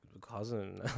cousin